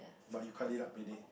but you cut it up pretty